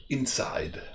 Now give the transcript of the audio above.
Inside